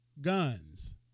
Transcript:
guns